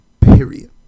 Period